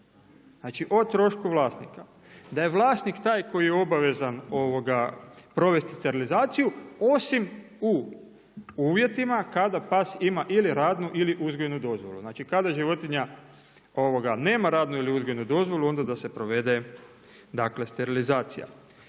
Znači o trošku vlasnika. Da je vlasnik taj koji obavezan provesti sterilizaciju osim u uvjetima kada pas ima ili radnu ili uzgojnu dozvolu. Znači, kada životinja nema radnu ili uzgojnu dozvolu, onda da se provede, dakle sterilizacija.